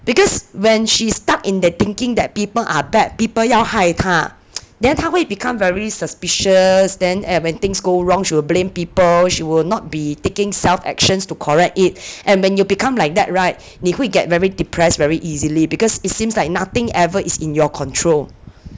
because when she's stuck in their thinking that people are bad people 要害她 then 她会 become very suspicious then when things go wrong she will blame people she will not be taking self actions to correct it and when you become like that [right] 你会 get very depressed very easily because it seems like nothing ever is in your control